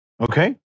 Okay